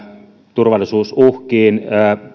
turvallisuusuhkiin